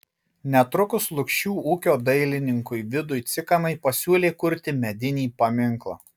netrukus lukšių ūkio dailininkui vidui cikanai pasiūlė kurti medinį paminklą